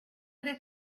this